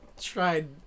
tried